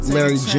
Larry